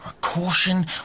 caution